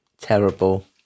terrible